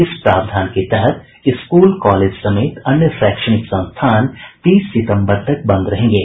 इस प्रावधान के तहत स्कूल कॉलेज समेत अन्य शैक्षणिक संस्थान तीस सितम्बर तक बंद रहेंगे